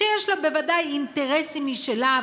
שיש לה בוודאי אינטרסים משלה,